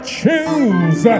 choose